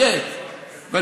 שניהם.